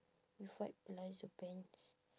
with white palazzo pants